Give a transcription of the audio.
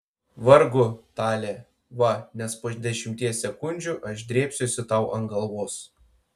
vargu tale va nes po dešimties sekundžių aš drėbsiuosi tau ant galvos